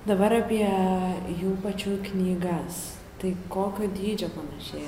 dabar apie jų pačių knygas tai kokio dydžio panašiai